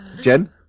Jen